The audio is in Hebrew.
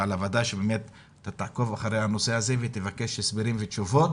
ועל הוועדה שתעקוב אחרי הנושא ותבקש הסברים ותשובות,